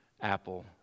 apple